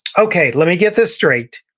okay, let me get this straight.